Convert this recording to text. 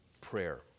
prayer